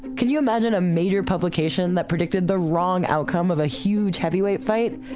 can you imagine a major publication that predicted the wrong outcome of a huge heavyweight fight?